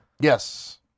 Yes